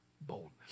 boldness